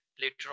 later